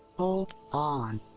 hold on.